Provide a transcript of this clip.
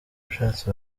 ushatse